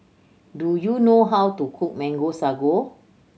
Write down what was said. do you know how to cook Mango Sago